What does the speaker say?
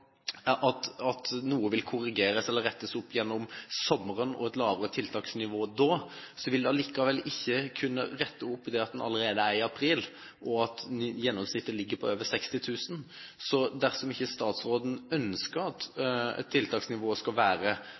at noe vil korrigeres eller rettes opp gjennom sommeren, med et lavere tiltaksnivå da, vil det likevel ikke kunne rette opp – og nå er vi allerede i april – at gjennomsnittet ligger på over 60 000. Så dersom ikke statsråden ønsker at tiltaksnivået skal være